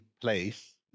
place